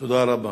תודה רבה.